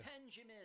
Benjamin